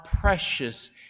precious